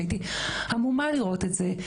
שהייתי המומה לראות את זה.